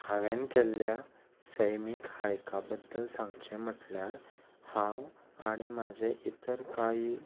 हांवें केल्ल्या सैमीक हायका बद्दल सांगचें म्हटल्यार हांव आनी म्हजे इतर काही